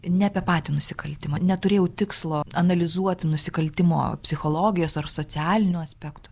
ne apie patį nusikaltimą neturėjau tikslo analizuoti nusikaltimo psichologijos ar socialinių aspektų